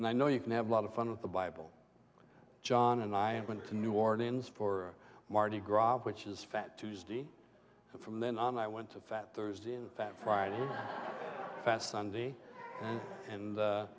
and i know you can have a lot of fun with the bible john and i went to new orleans for mardi gras which is fat tuesday and from then on i went to fat thursday that friday fast sunday and